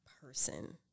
person